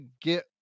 get